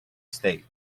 state